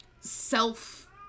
self